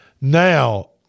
Now